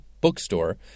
bookstore